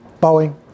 Boeing